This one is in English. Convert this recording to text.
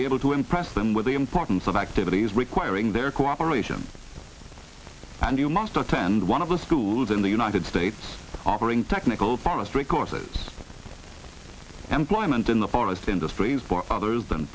be able to impress them with the importance of activities requiring their cooperation and you must attend one of the schools in the united states offering technical promise recourses employment in the policy industries for others than